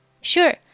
Sure